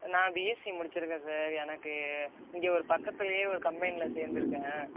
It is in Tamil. நான் பிஎஸ்சி முடித்திருக்கேன் சார் எனக்கு இங்கே ஒரு பக்கத்திலேயே ஒரு கம்பெனியில் சேர்ந்திருக்கேன்